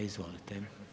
Izvolite.